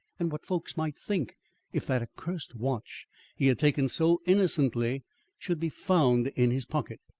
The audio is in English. and what folks might think if that accursed watch he had taken so innocently should be found in his pocket.